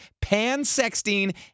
pan-sexting